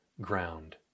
ground